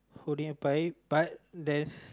holding a pie but there's